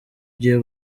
ugiye